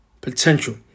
potential